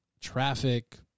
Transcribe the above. traffic